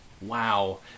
Wow